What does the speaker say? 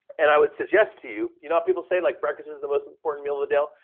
and i would suggest to you, you know people say, like breakfast is the most important meal of the day.